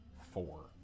four